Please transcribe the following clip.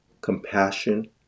compassion